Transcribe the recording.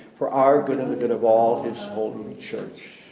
for our good and the good of all his holy church.